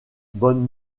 bonnes